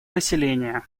населения